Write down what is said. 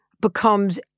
becomes